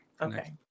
okay